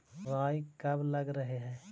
राई कब लग रहे है?